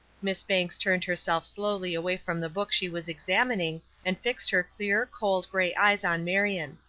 miss banks turned herself slowly away from the book she was examining and fixed her clear, cold gray eyes on marion